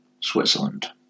Switzerland